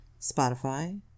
Spotify